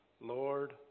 Lord